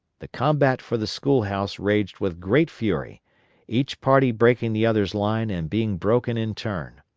the combat for the school-house raged with great fury each party breaking the other's line and being broken in turn.